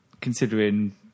considering